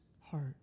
heart